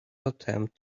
attempt